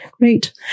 great